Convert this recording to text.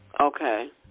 Okay